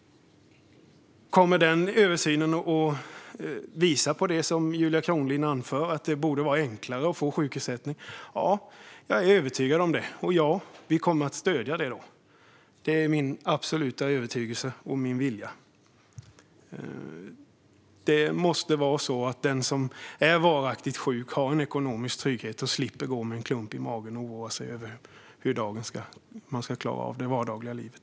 Kommer denna översyn att visa på det som Julia Kronlid nu anför - att det borde vara enklare att få sjukersättning? Ja, jag är övertygad om det. Och ja, vi kommer att stödja det. Det är min absoluta övertygelse och min vilja. Det måste vara så att den som är varaktigt sjuk har en ekonomisk trygghet och slipper gå med en klump i magen och oroa sig över hur man ska klara av det vardagliga livet.